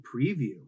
preview